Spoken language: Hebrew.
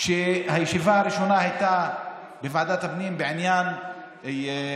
כשהישיבה הראשונה בוועדת הפנים הייתה בעניין מסקנות